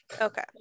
Okay